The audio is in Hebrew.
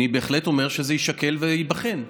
אני בהחלט אומר שזה יישקל וייבחן,